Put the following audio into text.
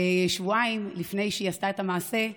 שבועיים לפני שהיא עשתה את המעשה,